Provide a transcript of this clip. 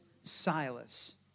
Silas